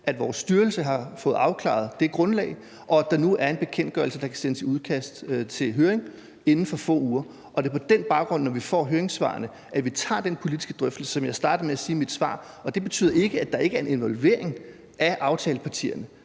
og vores styrelse har fået afklaret det grundlag og der nu er en bekendtgørelse, der kan sendes i udkast til høring inden for få uger. Det er på den baggrund, altså når vi får høringssvarene, at vi tager den politiske drøftelse, hvilket jeg startede med at sige i mit svar. Og det betyder ikke, at der ikke er en involvering af aftalepartierne.